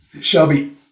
Shelby